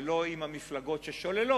ולא עם המפלגות ששוללות,